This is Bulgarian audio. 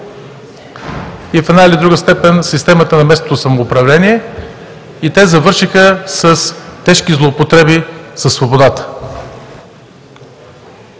и в една или друга степен системата на местното самоуправление; и те завършиха с тежки злоупотреби със свободата.